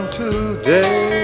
today